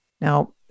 Now